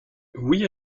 oui